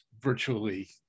virtually